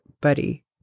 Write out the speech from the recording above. buddy